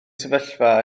sefyllfa